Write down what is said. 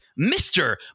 Mr